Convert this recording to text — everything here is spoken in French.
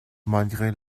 malgré